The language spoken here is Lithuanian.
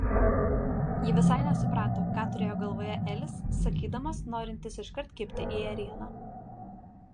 ji visai nesuprato ką turėjo galvoje elis sakydamas norintis iškart kibti į ėrieną